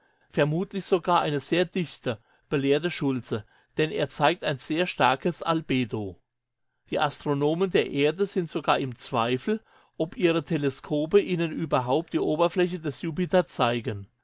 vermutlich sogar eine sehr dichte belehrte schultze denn er zeigt ein sehr starkes albedo die astronomen der erde sind sogar im zweifel ob ihre teleskope ihnen überhaupt die oberfläche des jupiter zeigen